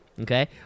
Okay